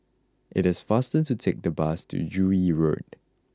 it is faster to take the bus to Joo Yee Road